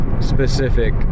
specific